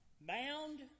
bound